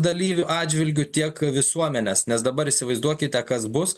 dalyvių atžvilgiu tiek visuomenės nes dabar įsivaizduokite kas bus